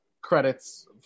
credits